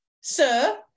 sir